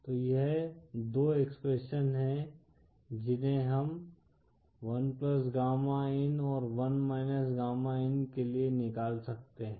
तो यह 2 एक्सप्रेशंस हैं जिन्हें हम 1गामा इन और 1 गामा इन के लिए निकाल सकते हैं